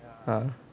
ah